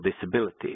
disability